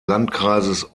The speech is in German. landkreises